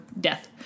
death